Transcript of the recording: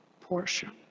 portion